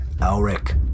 Alric